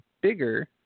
bigger